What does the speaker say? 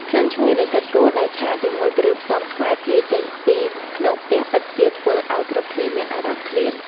ក្លិនឈ្ងុយនៃសាច់គោដែលឆាជាមួយគ្រឿងផ្សំខ្មែរភាយចេញពីក្នុងខ្ទះពិតជាធ្វើឱ្យគ្រប់គ្នាមានអារម្មណ៍ឃ្លាន។